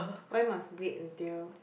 why must wait until